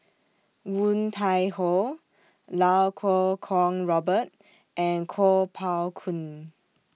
Woon Tai Ho Lau Kuo Kwong Robert and Kuo Pao Kun